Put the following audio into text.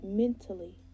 mentally